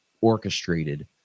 orchestrated